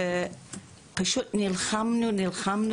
ופשוט נלחמנו ונלחמנו